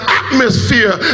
atmosphere